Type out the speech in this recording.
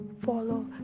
follow